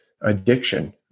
addiction